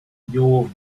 your